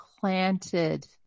planted